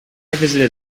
visited